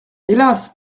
hélas